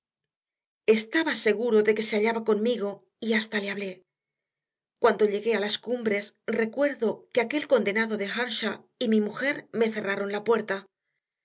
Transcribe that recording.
estaba seguro de que se hallaba conmigo y hasta le hablé cuando llegué a las cumbres recuerdo que aquel condenado de earnshaw y mi mujer me cerraron la puerta